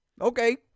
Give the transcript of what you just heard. okay